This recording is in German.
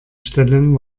stellen